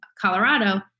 Colorado